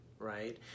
Right